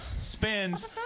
spins